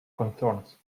concerns